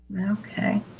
Okay